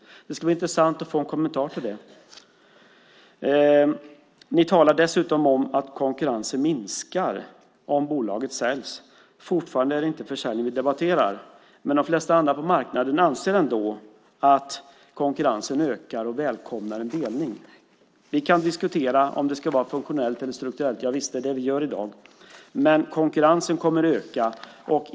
Det skulle vara intressant att få en kommentar till det. Ni talar dessutom om att konkurrensen minskar om bolaget säljs. Fortfarande är det inte försäljningen vi debatterar, men de flesta andra på marknaden anser ändå att konkurrensen kommer att öka och välkomnar delningen. Vi kan diskutera om det ska vara funktionellt eller strukturellt - det är ju det vi gör i dag - men konkurrensen kommer att öka.